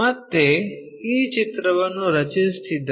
ಮತ್ತೆ ಈ ಚಿತ್ರವನ್ನು ರಚಿಸುತ್ತಿದ್ದರೆ